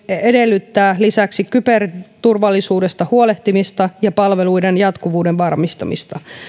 edellyttää lisäksi kyberturvallisuudesta huolehtimista ja palveluiden jatkuvuuden varmistamista